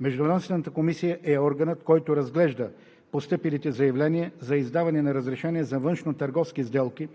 Междуведомствената комисия е органът, който разглежда постъпилите заявления за издаване на разрешения за външнотърговски сделки